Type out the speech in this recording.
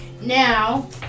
Now